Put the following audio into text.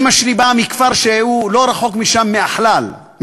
אימא שלי באה מכפר שהוא לא רחוק משם, מאת'יין.